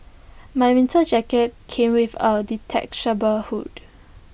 my winter jacket came with A detachable hood